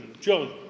John